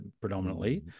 predominantly